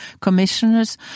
commissioners